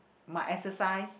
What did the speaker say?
my exercise